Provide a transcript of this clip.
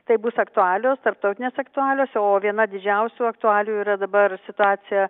tai bus aktualios tarptautinės aktualios o viena didžiausių aktualijų yra dabar situacija